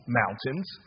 mountains